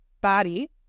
body